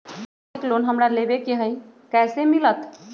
मासिक लोन हमरा लेवे के हई कैसे मिलत?